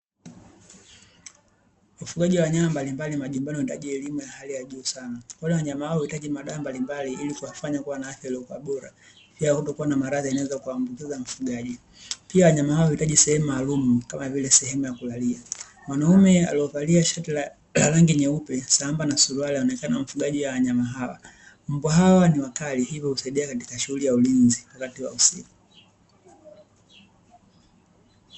Ufugaji wa wanyama mbalimbali majumbani unahitaji elimu ya hali ya juu sana, wanyama hawa huhitaji madawa mbalimbali ili kuwafanya kuwa na afya iliyokuwa bora, pia kutokuwa na malazi yanayoweza kuambukiza mfugaji. Pia wanyama hao wanahitaji sehemu maalumu, kama vile sehemu ya kulalia. Mwanaume akiwa amevalia shati jeupe sambamba na suruali, anaonekana ni mfugaji wa wanyama hao. Mbwa hawa ni wakali, hivyo husaidia katika shughuli ya ulinzi wakati wa usiku.